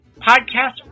podcast